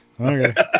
Okay